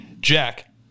Jack